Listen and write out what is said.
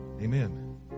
Amen